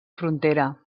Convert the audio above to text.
frontera